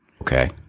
Okay